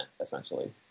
essentially